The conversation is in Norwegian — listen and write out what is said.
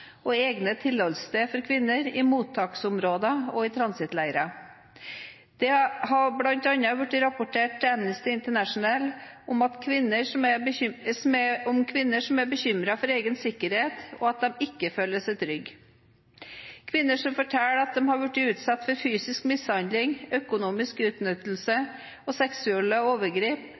og egne tilholdssteder for kvinner i mottaksområder og i transittleirer. Det har bl.a. blitt rapportert til Amnesty International om kvinner som er bekymret for egen sikkerhet, og som ikke føler seg trygge. Kvinner forteller at de har blitt utsatt for fysisk mishandling, økonomisk utnyttelse og seksuelle